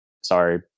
Sorry